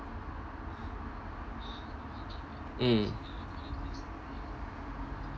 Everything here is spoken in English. mm